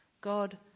God